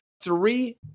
three